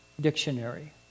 Dictionary